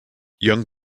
young